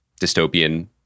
dystopian